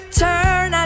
turn